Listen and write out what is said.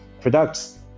products